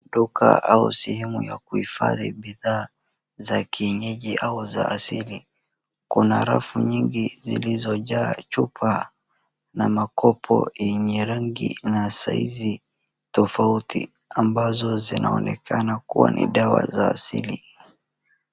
Duka au sehemu ya kuhifadhi bidhaa za kienyeji au za kiasili. Kuna rafu nyingi zilizojaa chupa na mokopo yenye rangi na size tofauti ambazo zinaonekana kuwa ni dawa za asili.